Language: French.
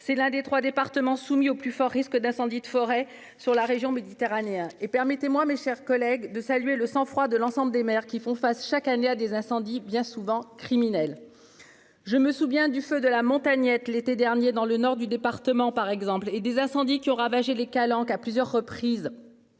c'est l'un des trois départements soumis au plus fort risque d'incendie de forêt dans la région méditerranéenne. Permettez-moi, mes chers collègues, de saluer le sang-froid de l'ensemble des maires qui font face chaque année à des incendies bien souvent criminels. Je me souviens du feu de la Montagnette l'été dernier dans le nord du département et des incendies qui ont ravagé les Calanques à diverses reprises,